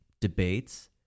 debates